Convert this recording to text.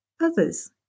others